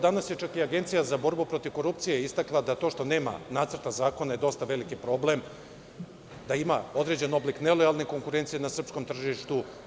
Danas je čak i Agencija za borbu protiv korupcije istakla da je to što nema nacrta zakona dosta veliki problem, da ima određenog oblika nelojalne konkurencije na srpskom tržištu.